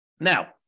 Now